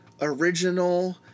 original